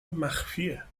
مخفیه